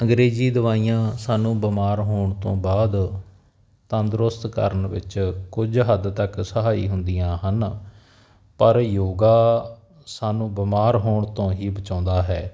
ਅੰਗਰੇਜ਼ੀ ਦਵਾਈਆਂ ਸਾਨੂੰ ਬਿਮਾਰ ਹੋਣ ਤੋਂ ਬਾਅਦ ਤੰਦਰੁਸਤ ਕਰਨ ਵਿੱਚ ਕੁਝ ਹੱਦ ਤੱਕ ਸਹਾਈ ਹੁੰਦੀਆਂ ਹਨ ਪਰ ਯੋਗਾ ਸਾਨੂੰ ਬਿਮਾਰ ਹੋਣ ਤੋਂ ਹੀ ਬਚਾਉਂਦਾ ਹੈ